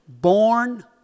born